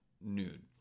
nude